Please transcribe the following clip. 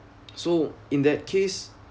so in that case